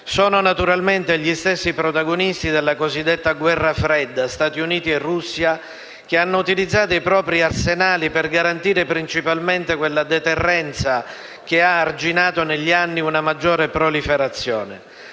Sono naturalmente gli stessi protagonisti della cosiddetta guerra fredda, Stati Uniti e Russia, che hanno utilizzato i propri arsenali per garantire principalmente quella deterrenza che negli anni ha arginato una maggiore proliferazione.